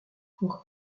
pour